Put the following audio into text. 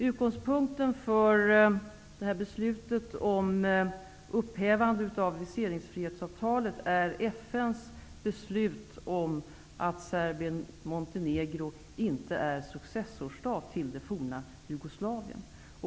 Utgångspunkten för beslutet om upphävande av viseringsfrihetsavtalet är FN:s beslut om att Serbien-Montenegro inte är successorstat till det forna Jugoslavien.